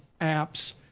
apps